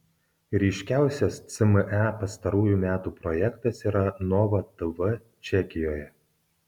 ryškiausias cme pastarųjų metų projektas yra nova tv čekijoje